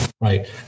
right